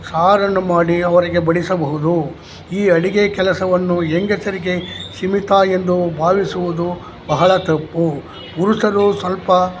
ಸಾರನ್ನು ಮಾಡಿ ಅವರಿಗೆ ಬಡಿಸಬಹುದು ಈ ಅಡಿಗೆ ಕೆಲಸವನ್ನು ಹೆಂಗಸರಿಗೆ ಸೀಮಿತ ಎಂದು ಭಾವಿಸುವುದು ಬಹಳ ತಪ್ಪು ಪುರುಷರು ಸ್ವಲ್ಪ